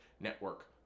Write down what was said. network